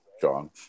John